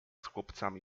chłopcami